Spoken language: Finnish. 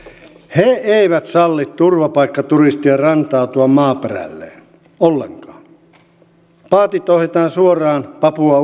he eivät salli turvapaikkaturistien rantautua maaperälleen ollenkaan paatit ohjataan suoraan papua